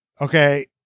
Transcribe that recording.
Okay